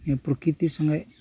ᱩᱱᱤ ᱯᱨᱚᱠᱤᱛᱤ ᱥᱚᱸᱜᱮ